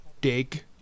dig